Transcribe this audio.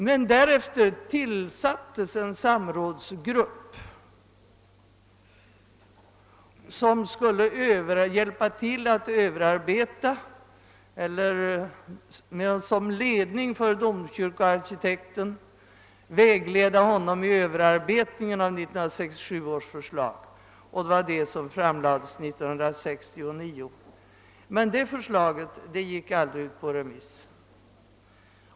Men därefter tillsattes en samrådsgrupp, som skulle vägleda domkyrkoarkitekten vid överarbetningen av 1967 års förslag. Resultatet därav framlades 1969, men det förslaget gick aldrig ut på remiss.